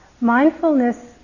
Mindfulness